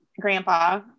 grandpa